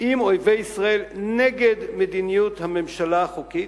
עם אויבי ישראל נגד מדיניות הממשלה החוקית?